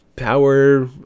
Power